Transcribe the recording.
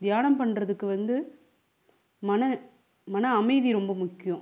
தியானம் பண்ணுறதுக்கு வந்து மன மன அமைதி ரொம்ப முக்கியம்